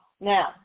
Now